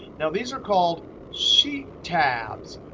now, these are called sheet tabs.